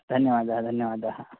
धन्यवाद धन्यवादाः